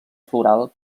floral